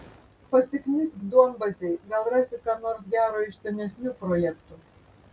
pasiknisk duombazėj gal rasi ką nors gero iš senesnių projektų